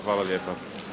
Hvala lijepa.